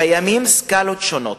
קיימות סקאלות שונות.